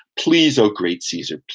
please, oh great caesar,